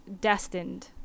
destined